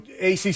ACC